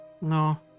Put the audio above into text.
No